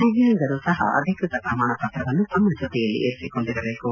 ದಿವ್ವಾಂಗರು ಸಹ ಅಧಿಕೃತ ಪ್ರಮಾಣ ಪತ್ರವನ್ನು ತಮ್ನ ಜೊತೆಯಲ್ಲಿ ಇಟ್ಟುಕೊಂಡಿರಬೇಕು